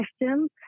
questions